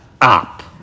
up